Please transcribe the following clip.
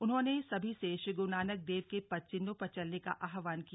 उन्होंने सभी से श्री गुरूनानक देव के पदचिन्हों पर चलने का आहवान किया